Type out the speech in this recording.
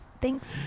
Thanks